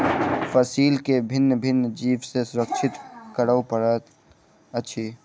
फसील के भिन्न भिन्न जीव सॅ सुरक्षित करअ पड़ैत अछि